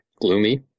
gloomy